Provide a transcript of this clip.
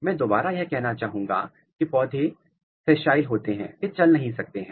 मैं दोबारा यह कहना चाहूंगा कि पौधे सेशाइल होते हैं बे चल नहीं सकते हैं